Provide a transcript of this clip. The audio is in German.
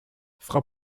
frau